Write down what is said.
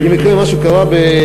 אם יקרה מה שקרה ב-2000,